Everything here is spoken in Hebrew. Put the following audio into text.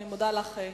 אני מודה לך,